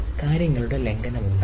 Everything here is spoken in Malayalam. കാര്യങ്ങളുടെ ലംഘനമുണ്ടാകാം